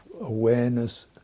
awareness